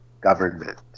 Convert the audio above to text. government